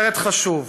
סרט חשוב.